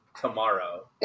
tomorrow